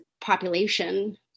population